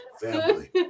Family